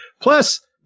plus